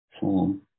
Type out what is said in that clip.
form